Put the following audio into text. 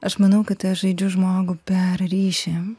aš manau kad aš žaidžiu žmogų per ryšį